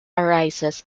arises